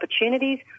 opportunities